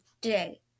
day